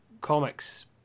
comics